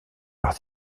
par